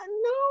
No